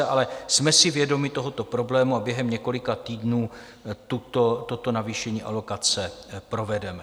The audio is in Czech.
Ale jsme si vědomi tohoto problému a během několika týdnů toto navýšení alokace provedeme.